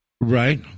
Right